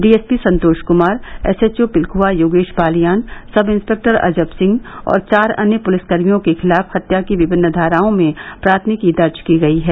D S P Santosh Kumar S H O Pilkhuwa Yogesh Baliyan sub inspector Ajab Singh और चार अन्य पुलिसकर्मियों के खिलाफ हत्या की विभिन्न धाराओं में प्राथमिकी दर्ज की गयी है